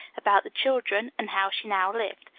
about the children, and how she now lived.